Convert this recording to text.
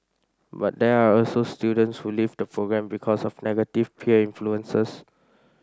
but there are also students who leave the programme because of negative peer influences